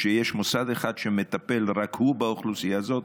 כשיש מוסד אחד שמטפל רק הוא באוכלוסייה הזאת,